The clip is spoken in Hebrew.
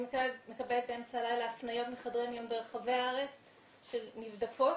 אני מקבלת באמצע הלילה הפניות מחדרי מיון ברחבי הארץ של נבדקות,